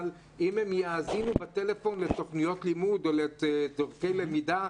אם הם יאזינו בטלפון לתוכניות לימוד או לצורכי למידה,